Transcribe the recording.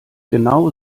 genau